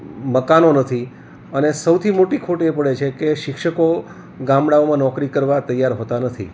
મકાનો નથી અને સૌથી મોટી ખોટ એ પડે છે કે શિક્ષકો ગામડાઓમાં નોકરી કરવાં તૈયાર હોતાં નથી